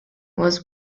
was